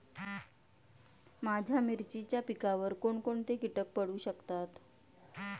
माझ्या मिरचीच्या पिकावर कोण कोणते कीटक पडू शकतात?